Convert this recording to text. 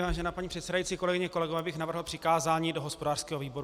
Vážená paní předsedající, kolegyně a kolegové, navrhl bych přikázání do hospodářského výboru.